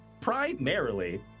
primarily